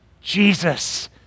Jesus